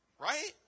Right